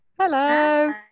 Hello